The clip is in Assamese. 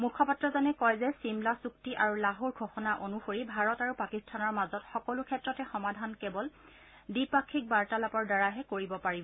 মুখপাত্ৰজনে কয় যে চিমলা চুক্তি আৰু লাহোৰ ঘোষণা অনুসৰি ভাৰত আৰু পাকিস্তানৰ মাজত সকলো ক্ষেত্ৰতে সমাধান কেৱল দ্বিপাক্ষিক বাৰ্তালাপৰ দ্বাৰাহে কৰিব পাৰিব